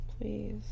please